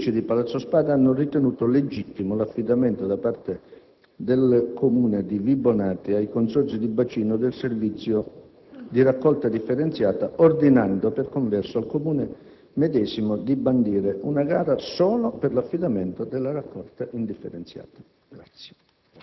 i giudici di Palazzo Spada hanno ritenuto legittimo l'affidamento da parte del Comune di Vibonati ai consorzi di bacino del servizio di raccolta differenziata ordinando, per converso, al Comune medesimo di bandire una gara solo per l'affidamento della raccolta indifferenziata.